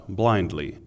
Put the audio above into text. blindly